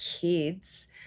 kids